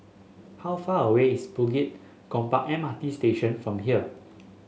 how far away is Bukit Gombak M R T Station from here